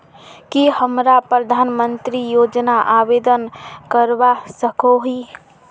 की हमरा प्रधानमंत्री योजना आवेदन करवा सकोही?